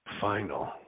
final